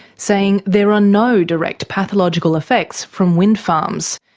saying there are no direct pathological effects from wind farms.